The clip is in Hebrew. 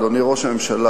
אדוני ראש הממשלה,